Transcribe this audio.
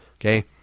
Okay